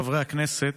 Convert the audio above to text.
חברי הכנסת,